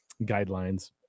guidelines